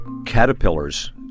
caterpillars